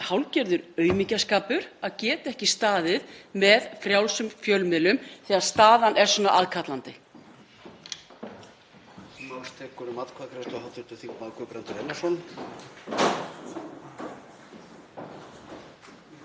hálfgerður aumingjaskapur að geta ekki staðið með frjálsum fjölmiðlum þegar staðan er svona aðkallandi.